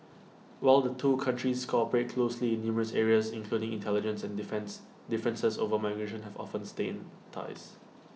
while the two countries cooperate closely in numerous areas including intelligence and defence differences over migration have often stained ties